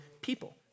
people